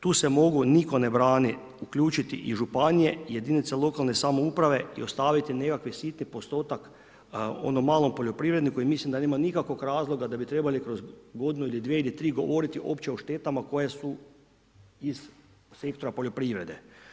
Tu se mogu, nitko ne brani, uključiti i županije, jedinice lokalne samouprave i ostaviti nekakav sitan postotak onom malom poljoprivredniku i mislim da nema nikakvog razloga da bi trebali kroz godinu ili dvije ili tri govoriti uopće o štetama koje su iz sektora poljoprivrede.